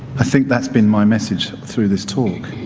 i think that's been my message through this talk.